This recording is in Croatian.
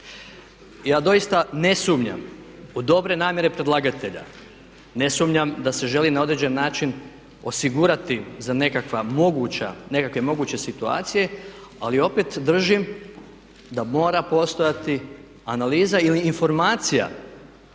Ja doista ne sumnjam u dobre namjere predlagatelja, ne sumnjam da se želi na određeni način osigurati za nekakva moguća, nekakve moguće situacije ali opet držim da mora postojati analiza ili informacija